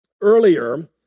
earlier